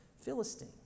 Philistine